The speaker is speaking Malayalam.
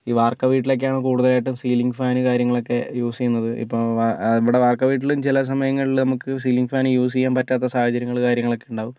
ഈ വാർക്ക വീട്ടിലൊക്കെയാണ് കൂടുതലായിട്ടും സീലിംഗ് ഫാന് കാര്യങ്ങളൊക്കെ യൂസെയ്യുന്നത് ഇപ്പോൾ ഇവിടെ വാർക്ക വീട്ടില് എല്ലാ സമയങ്ങളിലും നമുക്ക് സീലിംഗ് ഫാന് യൂസെയ്യാൻ പറ്റാത്ത സാഹചര്യങ്ങളൊക്കെ ഉണ്ടാവും